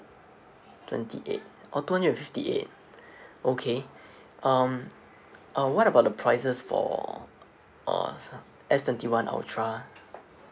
twenty eight orh two hundred and fifty eight okay um uh what about the prices for uh S twenty one ultra